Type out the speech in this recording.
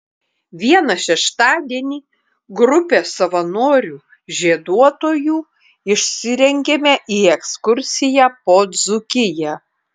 vieną šeštadienį grupė savanorių žieduotojų išsirengėme į ekskursiją po dzūkiją